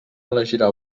elegirà